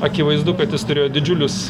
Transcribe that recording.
akivaizdu kad jis turėjo didžiulius